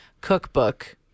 cookbook